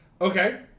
Okay